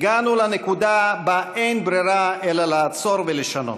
הגענו לנקודה שבה אין ברירה אלא לעצור ולשנות.